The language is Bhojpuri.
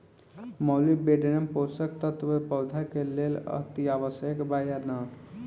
मॉलिबेडनम पोषक तत्व पौधा के लेल अतिआवश्यक बा या न?